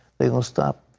they're going to stop.